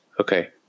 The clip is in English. Okay